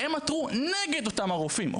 והם עתרו נגד אותם רופאים.